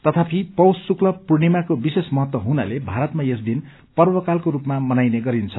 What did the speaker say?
तथापि पौष शुक्ल पूर्णिमाको विशेष महत्व हुनाले भारतमा यस दिन पर्वकालको रूपमा मनाइने गरिन्छ